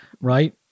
Right